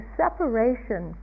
separation